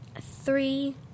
three